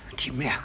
to me.